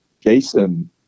Jason